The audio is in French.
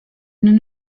nous